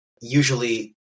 usually